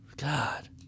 God